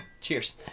Cheers